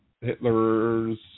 Hitler's